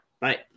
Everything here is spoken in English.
Bye